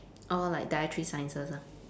oh like dietary sciences ah